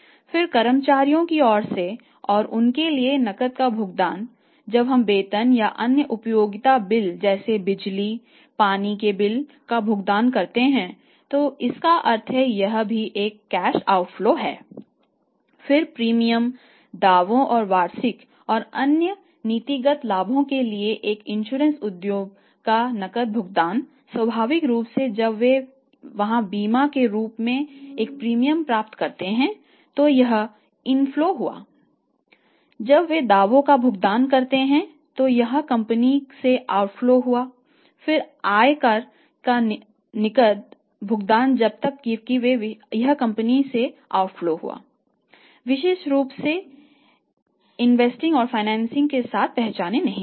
फिर प्रीमियम दावों और वार्षिकी और अन्य नीतिगत लाभों के लिए एक बीमा के साथ पहचाने नहीं जाते